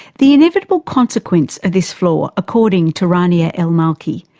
the inevitable consequence of this flaw, according to rania al malky,